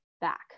back